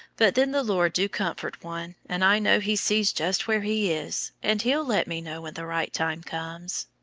but then the lord do comfort one, and i know he sees just where he is, and he'll let me know when the right time comes.